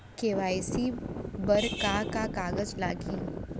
KYC बर का का कागज लागही?